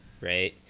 right